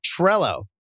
Trello